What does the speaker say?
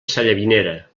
sallavinera